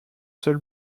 seul